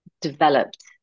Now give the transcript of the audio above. developed